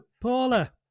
Paula